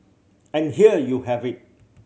and here you have it